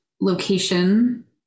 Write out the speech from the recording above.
location